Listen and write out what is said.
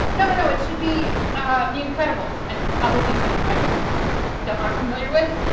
no, no, no! it should be the incredibles. and other things that i don't aren't familiar with.